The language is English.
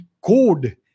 code